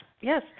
yes